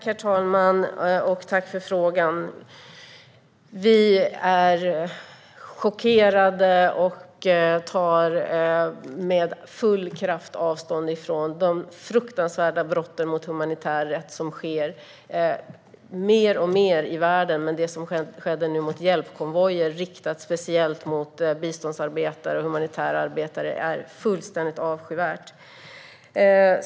Herr talman! Tack, Lawen Redar, för frågan! Vi är chockerade och tar med full kraft avstånd från de fruktansvärda brott mot humanitär rätt som sker mer och mer i världen. Det som nu skedde mot hjälpkonvojer med biståndsarbetare och humanitära arbetare är fullständigt avskyvärt.